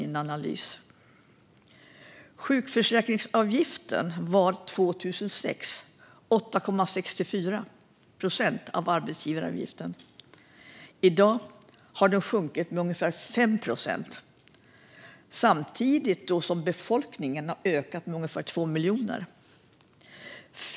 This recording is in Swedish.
År 2006 var sjukförsäkringsavgiften 8,64 procent av arbetsgivaravgiften. I dag har den sjunkit med ungefär 5 procent, samtidigt som befolkningen har ökat med ungefär 2 miljoner.